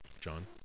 John